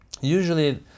usually